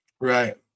Right